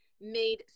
made